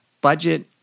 budget